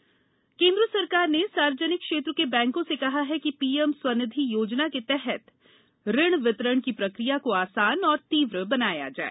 bank PM Svanidhi योजना सरकार ने सार्वजनिक क्षेत्र के बैंकों से कहा है कि पीएम स्वनिधि योजना के तहत ऋण वितरण की प्रक्रिया को आसान और तीव्र बनाया जाए